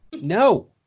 No